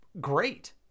great